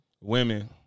women